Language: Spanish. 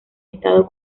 estado